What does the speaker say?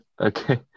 Okay